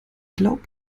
glaub